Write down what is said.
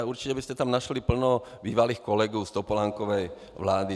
A určitě byste tam našli plno bývalých kolegů z Topolánkovy vlády.